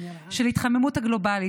של ההתחממות הגלובלית,